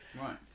Right